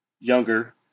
younger